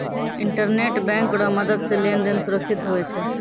internet bank रो मदद से लेन देन सुरक्षित हुवै छै